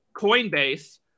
Coinbase